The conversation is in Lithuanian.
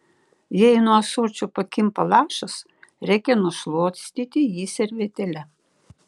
jei nuo ąsočio pakimba lašas reikia nušluostyti jį servetėle